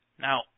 Now